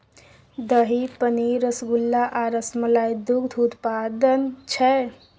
दही, पनीर, रसगुल्ला आ रसमलाई दुग्ध उत्पाद छै